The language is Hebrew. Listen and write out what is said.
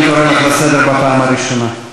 אני קורא אותך לסדר בפעם השלישית.